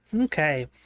Okay